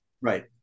Right